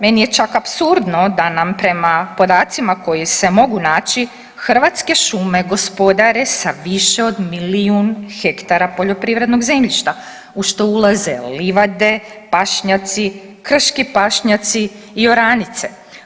Meni je čak apsurdno da nam prema podacima koji se mogu naći Hrvatske šume gospodare sa više od milijun hektara poljoprivrednog zemljišta u što ulaze livade, pašnjaci, krški pašnjaci i oranice.